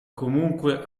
comunque